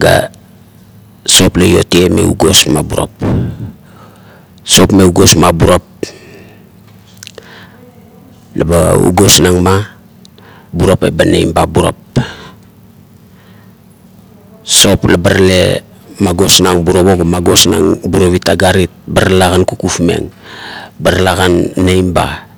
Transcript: ga sop la iot tie me ugos. Sop me ugos ma burap, la ba ugos nang ma burup eba neim ba burap. Sop la ba tale magosnang burap o ga magosnang burap it agarit ba talakan kufkufmeng ba talakan neim ba.